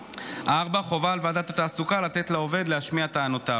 4. חובה על ועדת התעסוקה לתת לעובד להשמיע טענותיו,